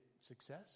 success